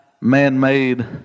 man-made